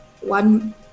one